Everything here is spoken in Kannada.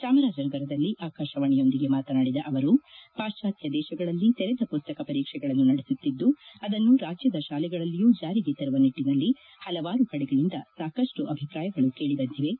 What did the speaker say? ಚಾಮರಾಜನಗರದಲ್ಲಿ ಆಕಾಶವಾಣಿಯೊಂದಿಗೆ ಮಾತನಾಡಿದ ಅವರು ಪಾಶ್ವಾತ್ಯ ದೇಶಗಳಲ್ಲಿ ತೆರೆದ ಪುಸ್ತಕ ಪರೀಕ್ಷೆಗಳನ್ನು ನಡೆಸುತ್ತಿದ್ದು ಅದನ್ನು ರಾಜ್ಯದ ಶಾಲೆಗಳಲ್ಲಿಯೂ ಜಾರಿಗೆ ತರುವ ನಿಟ್ಟನಲ್ಲಿ ಹಲವಾರು ಕಡೆಗಳಿಂದ ಸಾಕಷ್ಟು ಅಭಿಪ್ರಾಯಗಳು ಕೇಳಿ ಬಂದಿವೆ